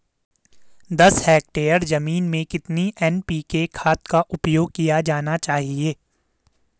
दस हेक्टेयर जमीन में कितनी एन.पी.के खाद का उपयोग किया जाना चाहिए?